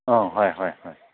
ꯑꯣ ꯍꯣꯏ ꯍꯣꯏ ꯍꯣꯏ